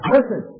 Listen